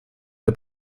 der